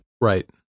right